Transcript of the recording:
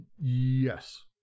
Yes